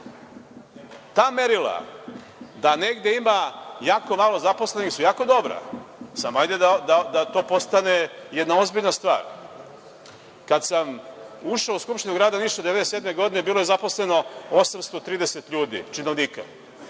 merila da negde ima jako malo zaposlenih su jako dobra. Samo, hajde da to postane jedna ozbiljna stvar. Kad sam ušao u Skupštinu Grada Niša 1997. godine, bilo je zaposleno 830 ljudi, činovnika.